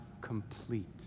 complete